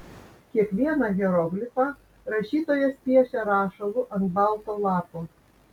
kiekvieną hieroglifą rašytojas piešia rašalu ant balto lapo